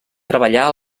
treballà